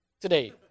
today